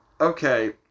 Okay